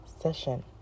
session